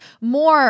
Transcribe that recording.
more